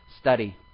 study